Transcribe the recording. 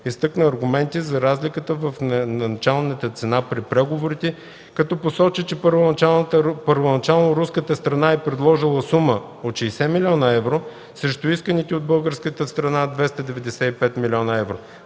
изтъкна аргументи за разликата в началната цена при преговорите, като посочи че първоначално руската страна е предложила сума от 60 милиона евро срещу исканите от българската – 295 милиона евро.